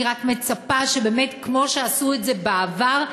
אני רק מצפה שבאמת כמו שעשו את זה בעבר,